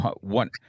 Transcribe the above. one